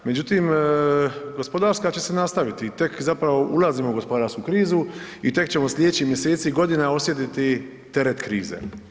Međutim, gospodarska će se nastaviti i tek zapravo ulazimo u gospodarsku krizu i tek ćemo slijedećih mjeseci i godina osjetiti teret krize.